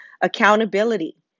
Accountability